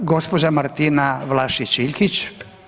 Gospođa Martina Vlašić Iljkić.